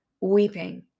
weeping